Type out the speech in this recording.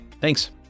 Thanks